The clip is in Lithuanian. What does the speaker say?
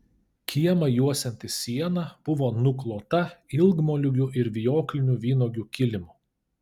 kiemą juosianti siena buvo nuklota ilgmoliūgių ir vijoklinių vynuogių kilimu